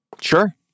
sure